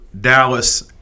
Dallas